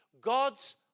God's